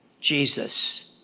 Jesus